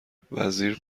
وزیر